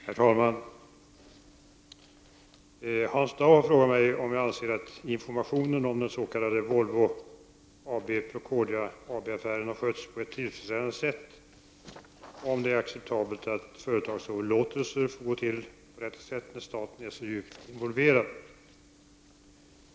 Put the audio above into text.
Herr talman! Hans Dau har frågat mig om jag anser att informationen om den s.k. Volvo AB/Procordia AB-affären har skötts på ett tillfredsställande sätt och om det är acceptabelt att företagsöverlåtelser får gå till på detta sätt när staten är så djupt involverad.